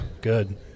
good